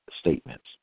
statements